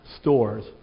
stores